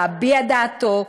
להביע דעתו,